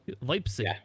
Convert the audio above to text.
Leipzig